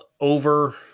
Over